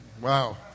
Wow